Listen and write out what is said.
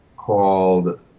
Called